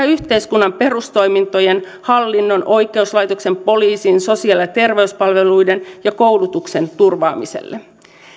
yhteiskunnan perustoimintojen hallinnon oikeuslaitoksen poliisin sosiaali ja terveyspalveluiden ja koulutuksen turvaamiselle